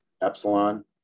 epsilon